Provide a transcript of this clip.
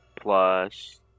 plus